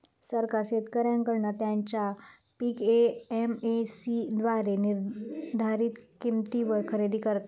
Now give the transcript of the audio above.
सरकार शेतकऱ्यांकडना त्यांचा पीक एम.एस.सी द्वारे निर्धारीत किंमतीवर खरेदी करता